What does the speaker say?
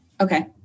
Okay